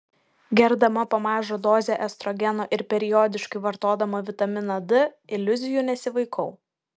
gerdama po mažą dozę estrogeno ir periodiškai vartodama vitaminą d iliuzijų nesivaikau